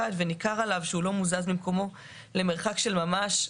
וניכר עליו שהוא לא מוזז ממקומו למרחק של ממש.